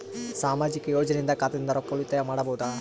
ಸಾಮಾಜಿಕ ಯೋಜನೆಯಿಂದ ಖಾತಾದಿಂದ ರೊಕ್ಕ ಉಳಿತಾಯ ಮಾಡಬಹುದ?